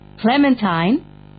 Clementine